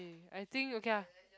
I think okay ah